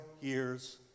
years